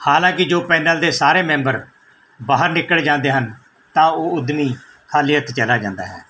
ਹਾਲਾਂਕਿ ਜੋ ਪੈਨਲ ਦੇ ਸਾਰੇ ਮੈਂਬਰ ਬਾਹਰ ਨਿਕਲ ਜਾਂਦੇ ਹਨ ਤਾਂ ਉਹ ਉਦਮੀ ਖਾਲੀ ਹੱਥ ਚਲਾ ਜਾਂਦਾ ਹੈ